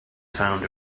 found